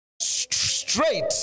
straight